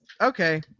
Okay